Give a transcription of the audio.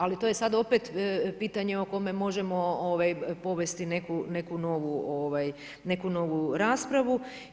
Ali to je sada opet pitanje o kome možemo povesti neku novu raspravu.